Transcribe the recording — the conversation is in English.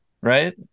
Right